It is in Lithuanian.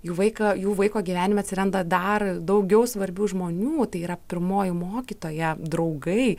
jų vaiką jų vaiko gyvenime atsiranda dar daugiau svarbių žmonių tai yra pirmoji mokytoja draugai